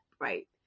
right